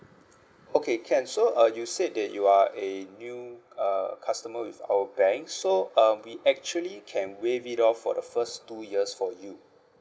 okay can so uh you said that you are a new uh customer with our bank so um we actually can waive it off for the first two years for you